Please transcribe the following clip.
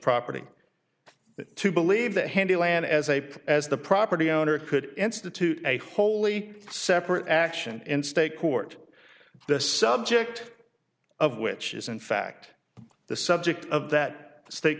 property to believe that handy land as a as the property owner could institute a wholly separate action in state court the subject of which is in fact the subject of that state